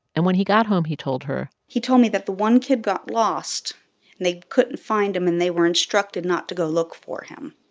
and when he got home, he told her. he told me that the one kid got lost, and they couldn't find him. and they were instructed not to go look for him.